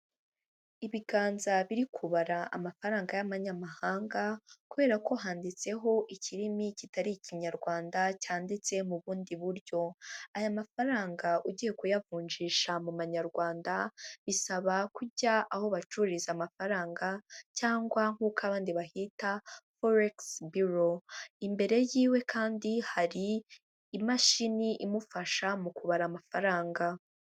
Ibganza biri kubara amafaranga y'amanyamahanga kubera ko handitseho ikirimi kitari ikinyarwanda cyanditse mu bundi buryo. Aya mafaranga ugiye kuyavunjisha mu manyarwanda, bisaba kujya aho bacururiza amafaranga cyangwa nk'uko abandi bahita forekisi biro, imbere yiwe kandi hari imashini imufasha mu kubara amafaranga.